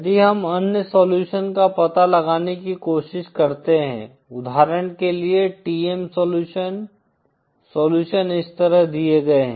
यदि हम अन्य सोल्युशन का पता लगाने की कोशिश करते हैं उदाहरण के लिए TM सोल्युशन सोल्युशन इस तरह दिए गए हैं